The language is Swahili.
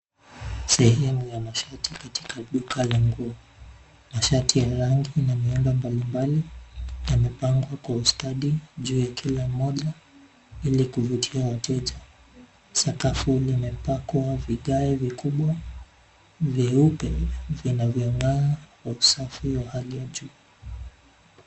Sehemu ya mashati katika duka la nguo. Mashati ya rangi na miundo mbalimbali, yamepangwa kwa ustadi juu ya kila moja, ilikuvutia wateja. Sakafuni imepakwa vigae vikubwa, vyeupe vinavyon'gaa kwa usafi wa hali ya juu.